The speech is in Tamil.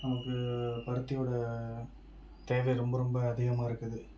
நமக்கு பருத்தியோட தேவை ரொம்ப ரொம்ப அதிகமாயிருக்குது